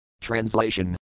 Translation